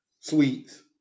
sweets